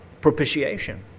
propitiation